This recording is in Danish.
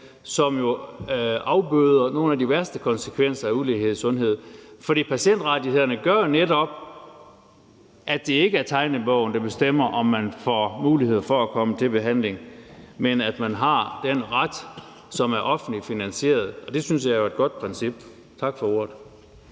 som jo afbøder nogle af de værste konsekvenser af ulighed i sundhed. For patientrettighederne gør netop, at det ikke er tegnebogen, der bestemmer, om man får mulighed for at komme til behandling, men at man har den ret, som er offentligt finansieret, og det synes jeg jo er et godt princip. Tak for ordet.